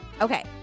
Okay